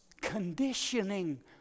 conditioning